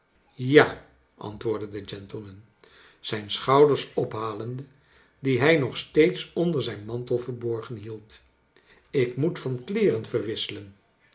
ja antwoordde de gentleman zijn schouders ophalende die hij nog steeds onder zijn mantel verborgen hie id ik moet van kleeren verwisselen